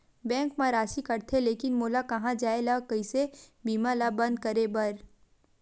Bank मा राशि कटथे लेकिन मोला कहां जाय ला कइसे बीमा ला बंद करे बार?